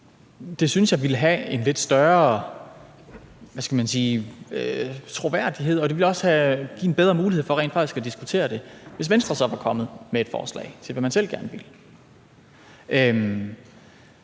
det synes jeg ville have en lidt større – hvad skal man sige – troværdighed, og det ville også give en bedre mulighed for rent faktisk at diskutere det, hvis Venstre så var kommet med et forslag til, hvad man selv gerne ville.